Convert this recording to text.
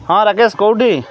ହଁ ରାକେଶ କୋଉଠି